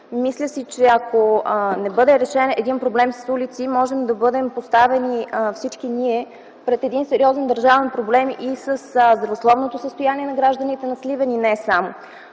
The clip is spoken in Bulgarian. Мисля си, че ако не бъде решен един проблем с улици, всички ние можем да бъдем поставени пред един сериозен държавен проблем и със здравословното състояние на гражданите в Сливен и не само.